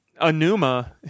Anuma